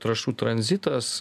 trąšų tranzitas